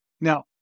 Now